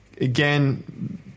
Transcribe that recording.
Again